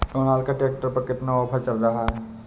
Sonalika tractor पर कितना offer चल रहा है?